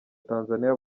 tanzaniya